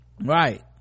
right